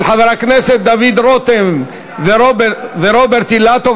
של חברי הכנסת דוד רותם ורוברט אילטוב.